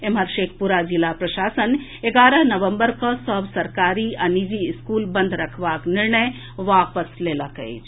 एम्हर शेखपुरा जिला प्रशासन एगारह नवंबर कऽ सभ सरकारी आ निजी स्कूल बंद रखबाक निर्णय वापस लऽ लेलक अछि